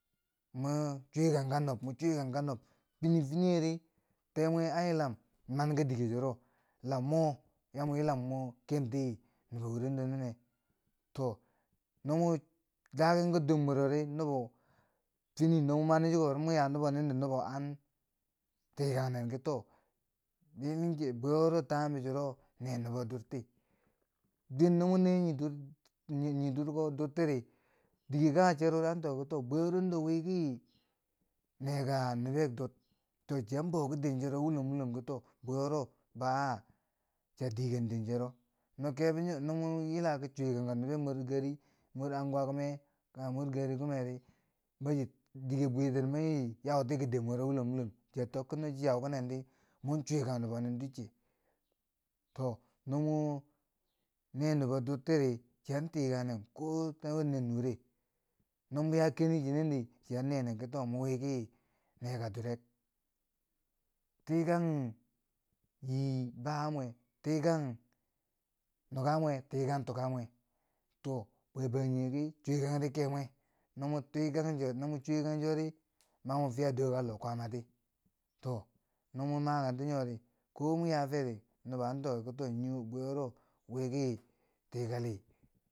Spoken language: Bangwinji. Mwe chwyekangka nob mu chwyekangka nob, fini fineri te mwe an yilam man ki dike churo, La mo mwa yilam mo mwa kenti nubo churo ninne, to no mo daken ki dor mwerori nubo fini no mo mani chiko ri, muki yang nubo nindi, nubo an- tikannen ki to dichiro timebo chuno ne nubo durti, duwen no mo ne nii durko dir tiri, dike kanghe cherudi an tokki to bwe wureno wike neke nube dur, to chiyan bou ki dencero wulom, wulom ki to bwe wuro baa chiya tikum dencero, no kebo nyori mwa yila ki chwyekangka nube mor gari, mor unguwa kime kanghe mor gari mweri diker bwiti mani chiya yauti ki den mwero wulom wulom chiya tokki ki yauki nen, mwan chwyekang nubo ducce, to nomo ne nubo durtiri, chiyan tikangnen ko ta wanne nure, no mo yaki kini chinendi chi an nee nen, ki to mon wi ki ne durek, tikan nii baba mwe, tikang nuka mwe, tikang tuka mwe, to bwe bangjinghe ki chwyekang de kemwe, no mo tikang cho, no mo chwyekang chori mani mwa fiya doka loh kwamati to no mo makenti nyori, ko mo yaa feri, nubo an tiki to bwe wuro wi ki tikali.